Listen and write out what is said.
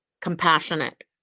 compassionate